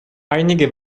einige